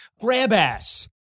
grab-ass